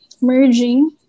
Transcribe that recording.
merging